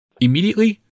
Immediately